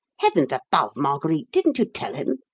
heavens above, marguerite, didn't you tell him?